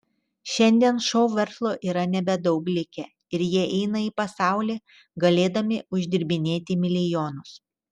šiandien šou verslo yra nebedaug likę ir jie eina į pasaulį galėdami uždirbinėti milijonus